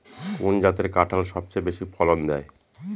কোন জাতের কাঁঠাল সবচেয়ে বেশি ফলন দেয়?